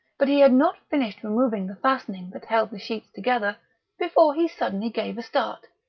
but he had not finished removing the fastening that held the sheets together before he suddenly gave a start,